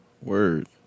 Word